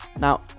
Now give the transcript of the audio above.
Now